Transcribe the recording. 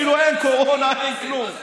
כאילו אין קורונה, אין כלום.